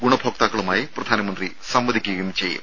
ഗുണഭോക്താക്കളുമായി പ്രധാനമന്ത്രി സംവദിക്കുകയും ചെയ്യും